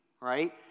right